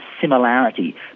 similarity